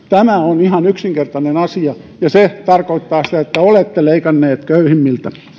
tämä on ihan yksinkertainen asia ja se tarkoittaa sitä että te olette leikanneet köyhimmiltä